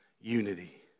unity